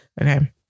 Okay